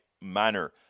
manner